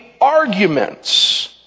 arguments